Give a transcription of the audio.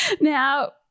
Now